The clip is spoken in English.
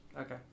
Okay